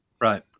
Right